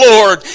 Lord